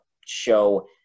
show